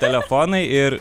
telefonai ir